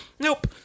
Nope